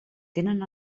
tenen